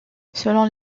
selon